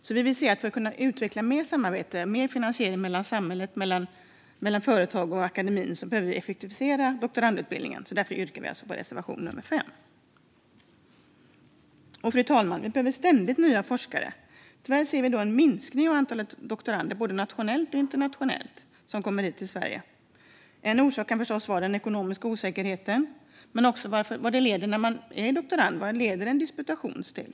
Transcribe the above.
För att vi ska kunna utveckla samarbetet och finansieringen mellan företag och akademi behöver doktorandutbildningen effektiviseras - därav bifallsyrkandet på reservation 5. Fru talman! Vi behöver ständigt nya forskare, men tyvärr ser vi en minskning av både nationella och internationella doktorander i Sverige. En orsak kan förstås vara den ekonomiska osäkerheten men också osäkerheten om vad forskning innebär och vad en disputation leder till.